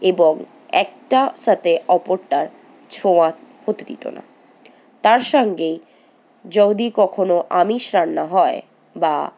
এবং একটার সাথে অপরটার ছোঁয়া হতে দিত না তার সঙ্গে যদি কখনও আমিষ রান্না হয় বা